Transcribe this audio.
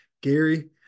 Gary